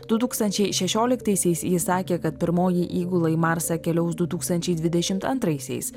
du tūkstančiai šešioliktaisiais jis sakė kad pirmoji įgula į marsą keliaus du tūkstančiai dvidešimt antraisiais